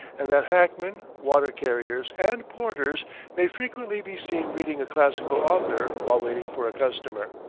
and that hackmen, water-carriers, and porters may frequently be seen reading a classical author while waiting for a customer.